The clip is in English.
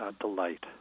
delight